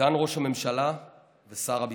סגן ראש הממשלה ושר הביטחון,